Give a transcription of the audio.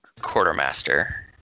Quartermaster